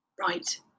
Right